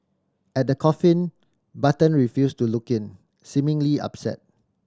at the coffin Button refused to look in seemingly upset